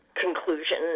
conclusion